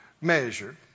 measure